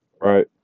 right